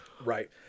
Right